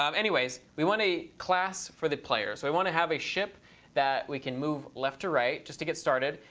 um anyways, we want a class for the player. so we want to have a ship that we can move left to right, just to get started,